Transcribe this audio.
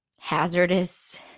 hazardous